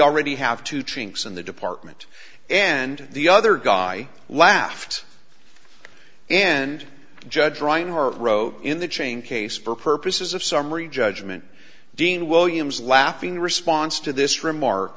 already have two chains in the department and the other guy laughed and judge reinhardt wrote in the chain case for purposes of summary judgment dean williams laughing response to this remark